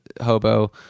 hobo